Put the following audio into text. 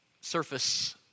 surface